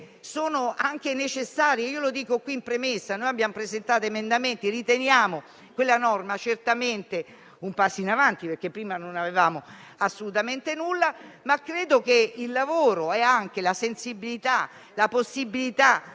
sono anche necessarie. Dico in premessa che abbiamo presentato emendamenti e riteniamo che quella norma sia certamente un passo in avanti, perché prima non avevamo assolutamente nulla, ma credo che sul lavoro c'erano anche la sensibilità e la possibilità